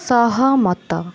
ସହମତ